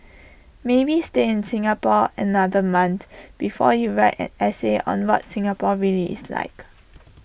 maybe stay in Singapore another month before you white an essay on what Singapore really is like